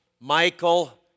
Michael